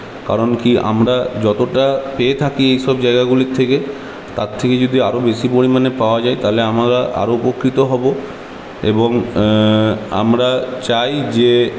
কারণ কি আমরা যতটা পেয়ে থাকি এসব জায়গাগুলির থেকে তার থেকে যদি আরো বেশি পরিমাণে পাওয়া যায় তাহলে আমরা আরো উপকৃত হব এবং আমরা চাই যে